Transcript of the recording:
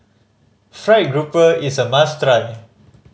fried grouper is a must try